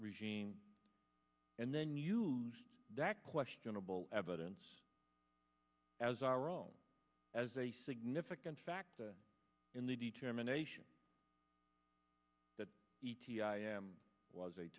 regime and then use that questionable evidence as our own as a significant factor in the determination that e t i m was a